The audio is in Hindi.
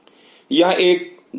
यह एक दुष्ट हमजोली है